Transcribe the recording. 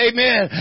Amen